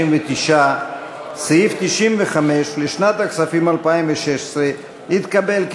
59. סעיף 95 לשנת הכספים 2016 נתקבל,